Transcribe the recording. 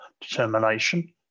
determination